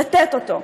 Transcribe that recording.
לתת אותו.